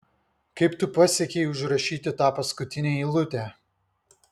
kaip tu pasiekei užrašyti tą paskutinę eilutę